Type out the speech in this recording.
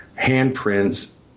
handprints